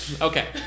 Okay